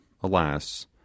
alas